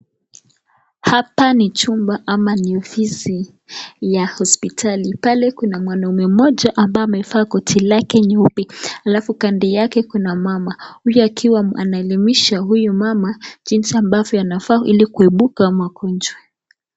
Hapa ni chumba ama ni ofisi ya hospitali. Pale kuna mwanamme moja ambaye amevaa koti lake nyeupe alafu kando yake kuna mama, huku akiwa anaelimisha huyu mama jinsi anafaa kufanya ili aweze kuepuka magonjwa.